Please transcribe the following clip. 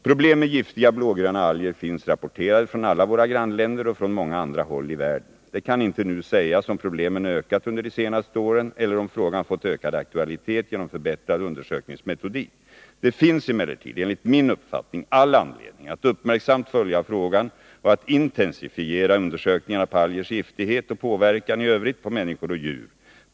Problem med giftiga blågröna alger finns rapporterade från alla våra grannländer och från många andra håll i världen. Det kan inte nu sägas om problemen ökat under de senaste åren eller om frågan fått ökad aktualitet genom förbättrad undersökningsmetodik. Det finns emellertid, enligt min uppfattning, all anledning att uppmärksamt följa frågan och att intensifiera undersökningarna beträffande algers giftighet och påverkan i övrigt på människor och djur.